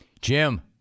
Jim